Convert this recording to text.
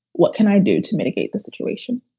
what can i do to mitigate the situation?